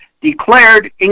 declared